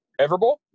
Everbull